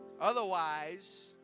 otherwise